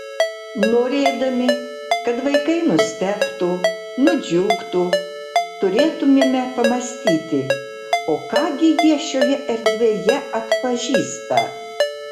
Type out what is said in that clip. norėdami kad vaikai nustebtų nudžiugtų turėtumėme pamąstyti o ką gi jie šioje erdvėje atpažįsta